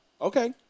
Okay